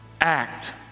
act